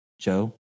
Joe